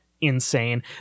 insane